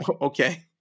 Okay